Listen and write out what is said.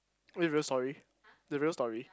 is it real story the real story